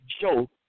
show